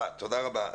תודה רבה.